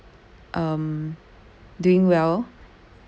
um doing well